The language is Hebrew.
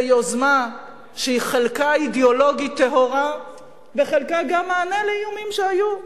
זו יוזמה שחלקה אידיאולוגית טהורה וחלקה גם מענה לאיומים שהיו.